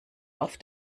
auf